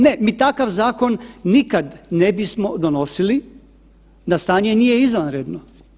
Ne, mi takav zakon nikad ne bismo donosili da stanje nije izvanredno.